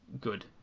good